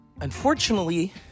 Unfortunately